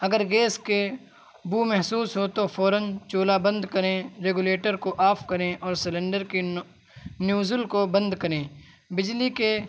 اگر گیس کے بو محسوس ہو تو فوراً چولہا بند کریں ریگولیٹر کو آف کریں اور سلنڈر کے نیوزل کو بند کریں بجلی کے